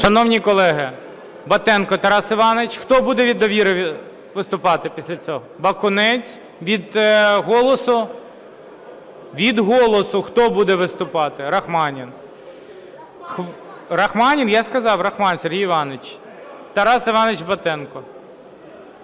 Шановні колеги, Батенко Тарас Іванович. Хто буде від "Довіри" виступати після цього? Бакунець. Від "Голосу"? Від "Голосу", хто буде виступати? Рахманін. Рахманін. Я сказав: Рахманін Сергій Іванович. Тарас Іванович Батенко.